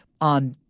on